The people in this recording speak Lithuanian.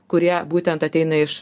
kurie būtent ateina iš